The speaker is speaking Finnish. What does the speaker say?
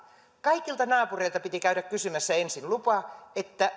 kaikilta naapureilta piti käydä kysymässä ensin lupa